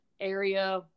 area